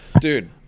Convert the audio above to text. Dude